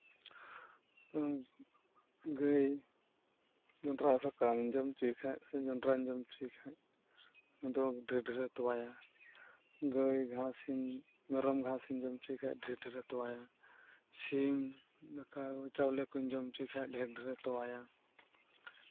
ᱜᱟᱹᱭ ᱡᱚᱸᱰᱨᱟ ᱥᱟᱠᱟᱢ ᱡᱚᱸᱰᱨᱟᱢ ᱡᱚᱢ ᱚᱪᱚᱭᱮ ᱠᱷᱟᱱ ᱫᱚ ᱰᱷᱮᱨ ᱰᱷᱮᱨᱮ ᱛᱚᱣᱟᱭᱟ ᱜᱟᱹᱭ ᱜᱷᱟᱸᱥᱤᱧ ᱢᱮᱨᱚᱢ ᱜᱷᱟᱸᱥᱤᱧ ᱡᱚᱢ ᱦᱚᱪᱚᱭᱮ ᱠᱷᱟᱱ ᱰᱷᱮᱨ ᱰᱷᱮᱨᱮ ᱛᱚᱣᱟᱭᱟ ᱥᱤᱢ ᱫᱟᱠᱟ ᱪᱟᱣᱞᱮ ᱠᱚᱧ ᱡᱚᱢ ᱦᱚᱪᱚᱭᱮ ᱠᱷᱟᱱ ᱰᱷᱮᱨ ᱰᱷᱮᱨᱮ ᱛᱚᱣᱟᱭᱟ